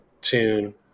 tune